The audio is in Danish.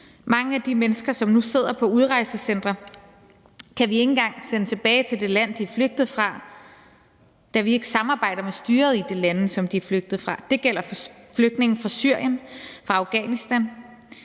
Mange af de mennesker, som nu sidder på udrejsecentre, kan vi ikke engang sende tilbage til det land, de er flygtet fra, da vi ikke samarbejder med styret i de lande, som de er flygtet fra. Det gælder flygtninge fra Syrien, fra Afghanistan.